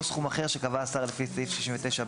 סכום אחר שקבע השר לפי סעיף 69(ב)(3)".